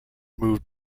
moved